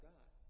God